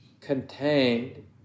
contained